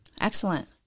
Excellent